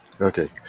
Okay